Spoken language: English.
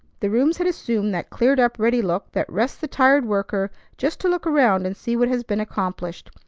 the rooms had assumed that cleared-up, ready look that rests the tired worker just to look around and see what has been accomplished.